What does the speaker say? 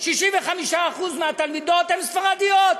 65% מהתלמידות הן ספרדיות.